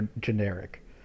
generic